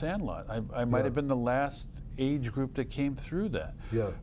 sandlot i might have been the last age group that came through that